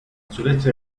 sureste